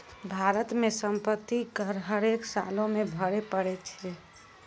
भारतो मे सम्पति कर हरेक सालो मे भरे पड़ै छै